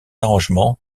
arrangements